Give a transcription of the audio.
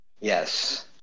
Yes